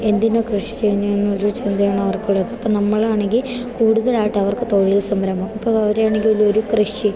എന്തിന് കൃഷി ചെയ്യുന്നു എന്ന് ചോദിച്ചാൽ അവർക്കുള്ളത് അപ്പം നമ്മളാണെങ്കിൽ കൂടുതലായിട്ട് അവർക്ക് തൊഴിൽ സംരഭം അപ്പം അവരെയാണെങ്കിലൊരു കൃഷി